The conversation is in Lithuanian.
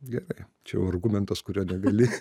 gerai čia jau argumentas kurio negali